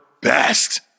best